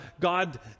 God